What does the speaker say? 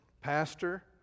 pastor